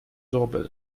doorbell